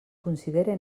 considere